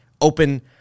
open